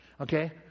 okay